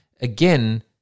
again